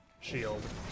shield